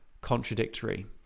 contradictory